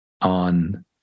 on